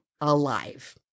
alive